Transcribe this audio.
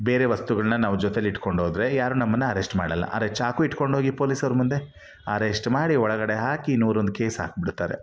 ಬೇರೆ ವಸ್ತುಗಳನ್ನ ನಾವು ಜೊತೆಲಿಟ್ಕೊಂಡೋದರೆ ಯಾರು ನಮ್ಮನ್ನು ಅರೆಸ್ಟ್ ಮಾಡಲ್ಲ ಆದರೆ ಚಾಕು ಇಟ್ಕೊಂಡೋಗಿ ಪೊಲೀಸವ್ರ ಮುಂದೆ ಅರೆಸ್ಟ್ ಮಾಡಿ ಒಳಗಡೆ ಹಾಕಿ ನೂರೊಂದು ಕೇಸ್ ಹಾಕ್ಬಿಡ್ತಾರೆ